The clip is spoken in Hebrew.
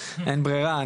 אין ברירה,